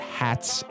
hats